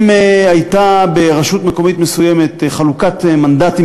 אם הייתה ברשות מקומית מסוימת חלוקת מנדטים